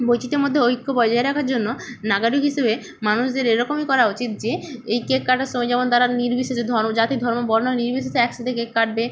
বৈচিত্রের মধ্যে ঐক্য বজায় রাখার জন্য নাগরিক হিসেবে মানুষদের এরকমই করা উচিত যে এই কেক কাটার সময় যেমন তারা নির্বিশেষে ধর্ম জাতি ধর্ম বর্ণ নির্বিশেষে একসাথে কেক কাটবে